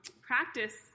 practice